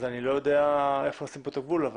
אני לא יודע איפה לשים כאן את הגבול.